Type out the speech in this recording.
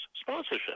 sponsorship